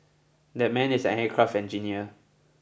that man is an aircraft engineer